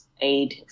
Aid